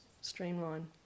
streamline